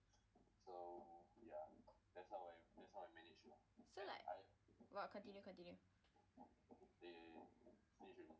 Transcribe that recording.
so like !wah! continue continue